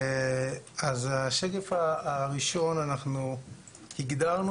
(הצגת מצגת) אז השקף הראשון אנחנו הגדרנו